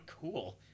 cool